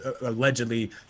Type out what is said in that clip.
allegedly